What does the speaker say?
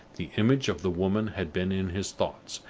the image of the woman had been in his thoughts,